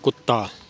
कुत्ता